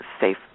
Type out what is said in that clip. safe